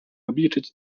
obliczyć